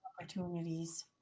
opportunities